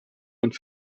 und